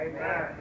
Amen